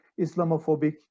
Islamophobic